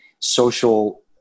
social